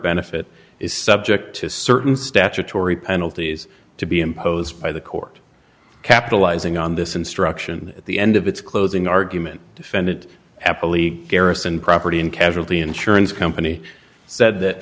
benefit is subject to certain statutory penalties to be imposed by the court capitalizing on this instruction at the end of its closing argument defendant apple league kerrison property and casualty insurance company said that